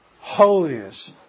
holiness